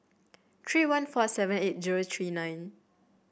three one four seven eight zero three nine